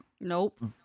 Nope